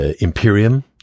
imperium